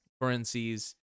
Currencies